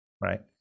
right